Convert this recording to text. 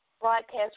broadcast